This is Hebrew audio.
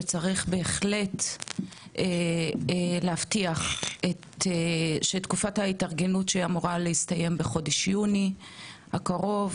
שצריך בהחלט להבטיח שתקופת ההתארגנות שאמורה להסתיים בחודש יוני הקרוב,